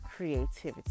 Creativity